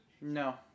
No